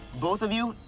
both of you,